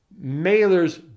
Mailer's